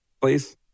please